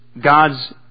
God's